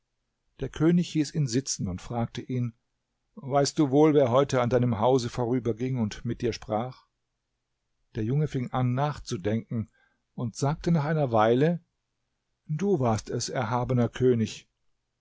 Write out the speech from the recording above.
der könig hieß ihn sitzen und fragte ihn weißt du wohl wer heute an deinem hause vorüberging und mit dir sprach der junge fing an nachzudenken und sagte nach einer weile du warst es erhabener könig